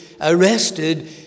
arrested